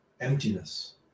emptiness